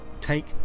take